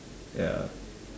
ya